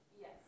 Yes